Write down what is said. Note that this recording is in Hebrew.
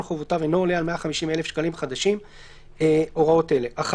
חובותיו אינו עולה על 150,000 שקלים חדשים הוראות אלה: (1)